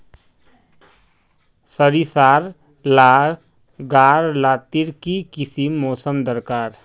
सरिसार ला गार लात्तिर की किसम मौसम दरकार?